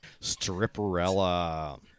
Stripperella